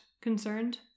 concerned